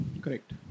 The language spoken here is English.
Correct